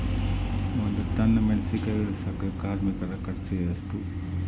ಒಂದ್ ಟನ್ ಮೆಣಿಸಿನಕಾಯಿ ಇಳಸಾಕ್ ಕಾರ್ಮಿಕರ ಖರ್ಚು ಎಷ್ಟು?